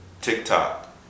TikTok